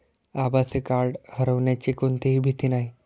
आभासी कार्ड हरवण्याची कोणतीही भीती नाही